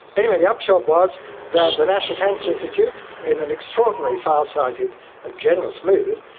anyway, the upshot was that the national cancer institute, in an extraordinary farsighted and generous move,